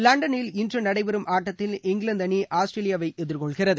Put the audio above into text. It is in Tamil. லண்டனில் இன்று நடைபெறும் ஆட்டத்தில் இங்கிலாந்து அணி ஆஸ்திரேலியாவை எதிர்கொள்கிறது